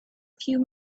few